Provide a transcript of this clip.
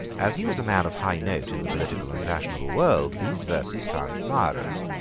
as he was a man of high note in the political and fashionable world, these verses found admirers.